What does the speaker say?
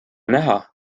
näha